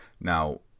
Now